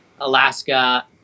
alaska